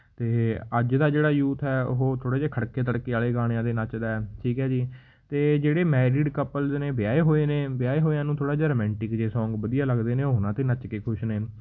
ਅਤੇ ਅੱਜ ਦਾ ਜਿਹੜਾ ਯੂਥ ਹੈ ਉਹ ਥੋੜ੍ਹੇ ਜਿਹੇ ਖੜਕੇ ਦੜਕੇ ਵਾਲੇ ਗਾਣਿਆਂ 'ਤੇ ਨੱਚਦਾ ਹੈ ਠੀਕ ਹੈ ਜੀ ਅਤੇ ਜਿਹੜੇ ਮੈਰੀਡ ਕਪਲਜ਼ ਨੇ ਵਿਆਹੇ ਹੋਏ ਨੇ ਵਿਆਹੇ ਹੋਇਆਂ ਨੂੰ ਥੋੜ੍ਹਾ ਜਿਹਾ ਰੋਮੈਂਟਿਕ ਜਿਹੇ ਸੋਂਗ ਵਧੀਆ ਲੱਗਦੇ ਨੇ ਉਹ ਉਹਨਾਂ 'ਤੇ ਨੱਚ ਕੇ ਖੁਸ਼ ਨੇ